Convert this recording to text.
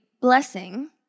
blessing